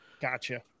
Gotcha